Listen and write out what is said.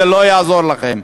זה לא יעזור לכם.